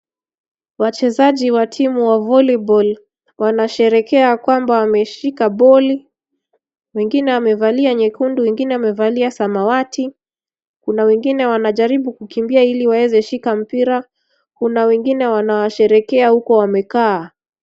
Wachezaji wa timu wa voliboli, wanasherehekea ya kwamba wameshika boli. Wengine wamevalia nyekundu, wengine wamevalia samawati. Kuna wengine wanajaribu kukimbia ili waweze shika mpira, kuna wengine wanawasherehekea huko wamekaa.